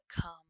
come